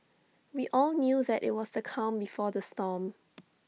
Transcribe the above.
we all knew that IT was the calm before the storm